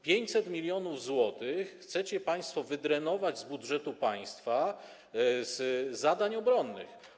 500 mln zł chcecie państwo wydrenować z budżetu państwa z zadań obronnych.